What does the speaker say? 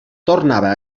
tornava